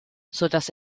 sodass